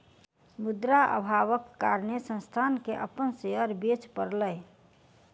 मुद्रा अभावक कारणेँ संस्थान के अपन शेयर बेच पड़लै